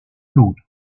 flut